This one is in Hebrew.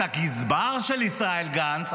את הגזבר של ישראל גנץ,